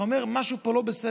אתה אומר: משהו פה לא בסדר.